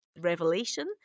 Revelation